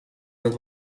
nad